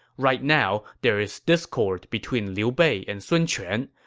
right now, there is discord between liu bei and sun quan.